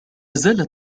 زالت